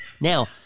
now